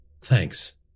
Thanks